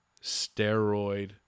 steroid